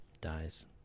dies